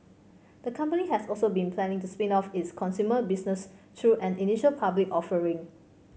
the company has also been planning to spin off its consumer business through an initial public offering